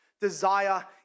Desire